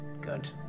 Good